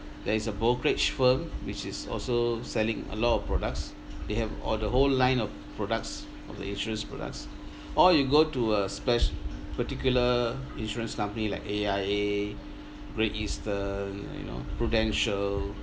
there is a brokerage firm which is also selling a lot of products they have all the whole line of products of the insurance products or you go to a splash particular insurance company like A_I_A great eastern you know prudential